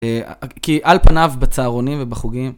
כי על פניו, בצהרונים ובחוגים.